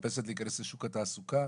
שמחפשת להיכנס לשוק התעסוקה,